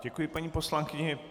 Děkuji paní poslankyni.